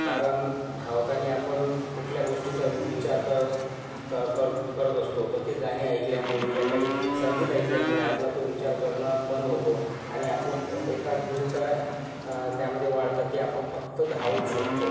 कारण धावताना आपण कुठल्या गोष्टीचा विचार कर कर कर करत असतो तर ते गाणे ऐकल्यामुळे या काही संगीत ऐकल्यामुळे आपला तो विचार करणं बंद होतो आणि आपलं एकाग्रता त्यामध्ये वाढतं की आपण फक्त धावू शकतो